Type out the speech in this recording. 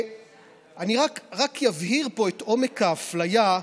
רק אבהיר פה את עומק האפליה.